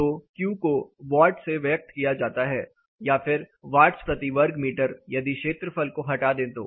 तो Q को watts से व्यक्त किया जाता है या फिर वाटस प्रति वर्ग मीटर यदि क्षेत्रफल को हटा दे तो